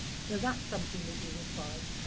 so, that's something that you will find.